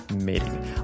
meeting